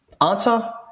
Answer